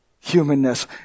humanness